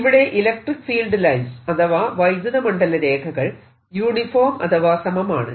ഇവിടെ electric field lines അഥവാ വൈദ്യുത മണ്ഡല രേഖകൾ യൂണിഫോം അഥവാ സമമാണ്